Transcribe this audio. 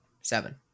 Seven